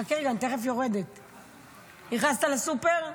נכנסת לסופר?